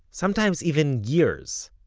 sometimes even years.